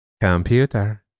Computer